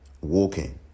Walking